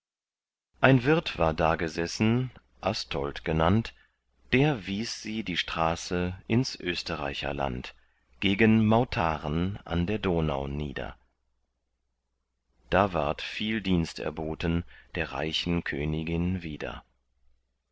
ein wirt war dagesessen astold genannt der wies sie die straße ins österreicherland gegen mautaren an der donau nieder da ward viel dienst erboten der reichen königin wieder